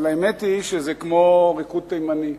אבל האמת היא שזה כמו ריקוד תימני.